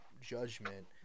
judgment